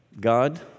God